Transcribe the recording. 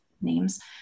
names